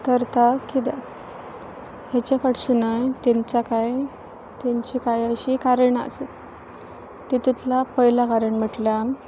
तर तां किद्याक हेचे फाटसून न्हय तेंच कांय तेंची कांय अशी कारणां आसत तितूंतलां पयलां कारण म्हटल्यार